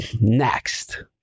Next